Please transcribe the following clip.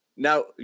Now